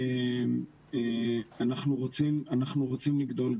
אנחנו רוצים לגדול.